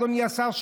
אדוני השר,